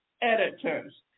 editors